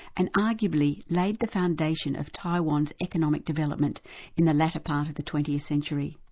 and arguably laid the foundation of taiwan's economic development in the latter part of the twentieth century.